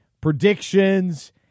predictions